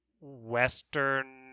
western